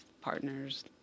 partners